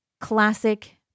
classic